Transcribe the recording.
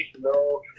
No